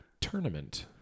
tournament